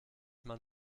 man